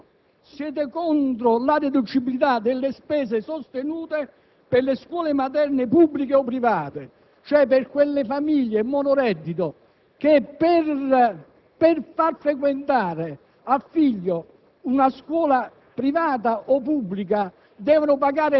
Esso chiedeva la deducibilità delle spese documentate sostenute dal contribuente per gli addetti alla propria assistenza personale nei casi di non autosufficienza. Siete, cioè, anche contro i portatori di *handicap*.